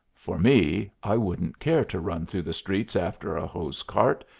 for me, i wouldn't care to run through the streets after a hose-cart,